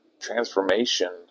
transformation